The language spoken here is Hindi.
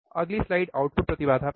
अगली स्लाइड आउटपुट प्रतिबाधा पर है